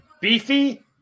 Beefy